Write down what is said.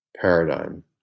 paradigm